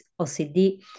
OCD